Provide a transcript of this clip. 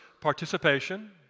participation